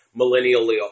millennially